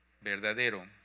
Verdadero